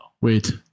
wait